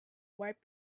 wipe